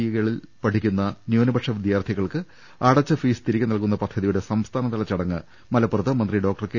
ഐകളിൽ പഠിക്കുന്ന ന്യൂനപക്ഷ വിദ്യാർത്ഥികൾക്ക് അടച്ച ഫീസ് തിരികെ നൽകുന്ന പദ്ധതിയുടെ സംസ്ഥാനതല ചടങ്ങ് മലപ്പുറത്ത് മന്ത്രി ഡോക്ടർ കെ